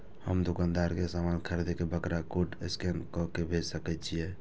हम दुकानदार के समान खरीद के वकरा कोड स्कैन काय के पैसा भेज सके छिए?